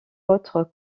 autres